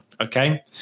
Okay